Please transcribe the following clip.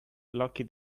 lucky